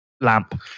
Lamp